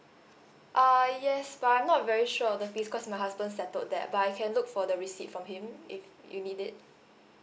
uh yes but I'm not very sure that because my husband settled that but I can look for the receipt from him if you need it